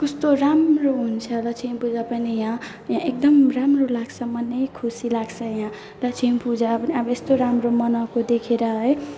कस्तो राम्रो हुन्छ लक्ष्मीपूजा पनि यहाँ यहाँ एकदम राम्रो लाग्छ मनै खुसी लाग्छ यहाँ लक्ष्मीपूजा पनि अब यस्तो राम्रो मनाएको देखेर है